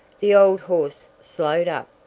the old horse slowed up.